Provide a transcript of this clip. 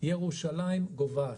ירושלים גוועת.